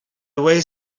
away